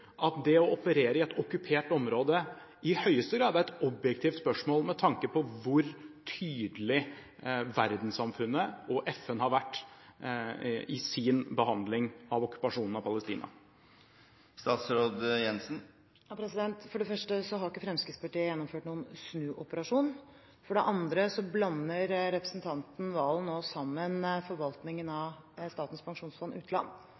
at det å operere i et okkupert område i høyeste grad er et objektivt spørsmål med tanke på hvor tydelig verdenssamfunnet og FN har vært i sin behandling av okkupasjonen av Palestina. For det første har ikke Fremskrittspartiet gjennomført noen snuoperasjon. For det andre blander representanten Valen nå sammen forvaltningen av Statens pensjonsfond utland